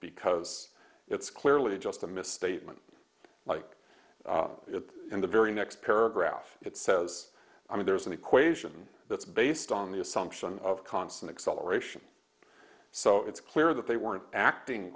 because it's clearly just a misstatement like it in the very next paragraph it says i mean there's an equation that's based on the assumption of constant acceleration so it's clear that they weren't acting